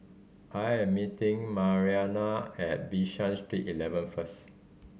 I am meeting Marianna at Bishan Street Eleven first